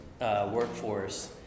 workforce